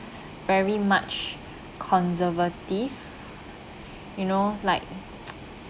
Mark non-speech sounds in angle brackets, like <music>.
very much conservative you know like <noise>